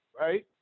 right